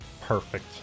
Perfect